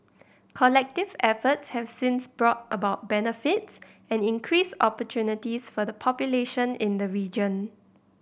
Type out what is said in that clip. collective efforts have since brought about benefits and increased opportunities for the population in the region